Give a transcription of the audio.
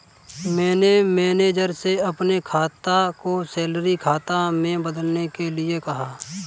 मैंने मैनेजर से अपने खाता को सैलरी खाता में बदलने के लिए कहा